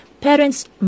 parents